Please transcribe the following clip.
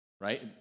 right